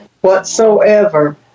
whatsoever